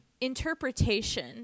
interpretation